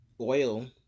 oil